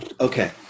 Okay